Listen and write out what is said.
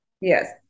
Yes